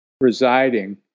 residing